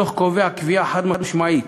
הדוח קובע קביעה חד-משמעית